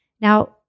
Now